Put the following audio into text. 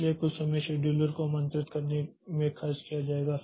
इसलिए कुछ समय शेड्यूलर को आमंत्रित करने में खर्च किया जाएगा